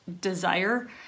desire